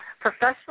Professional